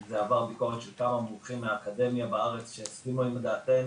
זה עבר ביקורת של כמה מומחים מהאקדמיה בארץ שהסכימו עם דעתנו.